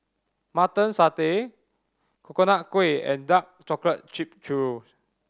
Mutton Satay Coconut Kuih and dark chocolate cheap churro